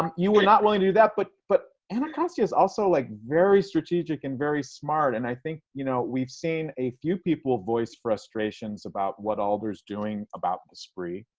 you were not willing to do that. but but anacostia is also like very strategic and very smart. and i think you know we've seen a few people voice frustrations about what alder's doing about the spree.